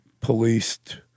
policed